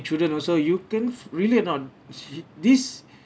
children also you can relate on this